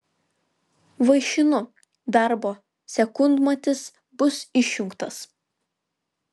vaišinu darbo sekundmatis bus išjungtas